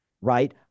Right